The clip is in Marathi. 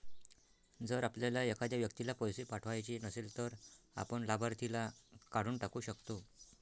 जर आपल्याला एखाद्या व्यक्तीला पैसे पाठवायचे नसेल, तर आपण लाभार्थीला काढून टाकू शकतो